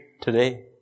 today